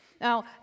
Now